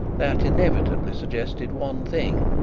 that inevitably suggested one thing.